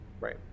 Right